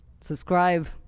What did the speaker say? subscribe